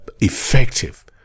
effective